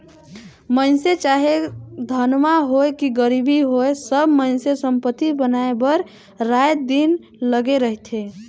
मइनसे चाहे धनहा होए कि गरीब होए सब मइनसे संपत्ति बनाए बर राएत दिन लगे रहथें